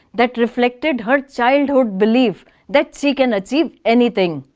that reflected her childhood belief that she can achieve anything.